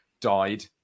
died